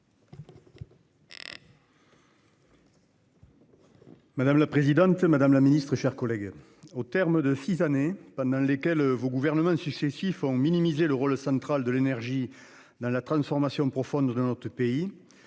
Madame la présidente, madame la Ministre, chers collègues. Au terme de six années pendant lesquelles vos gouvernements successifs ont minimisé le rôle central de l'énergie dans la transformation profonde de notre pays,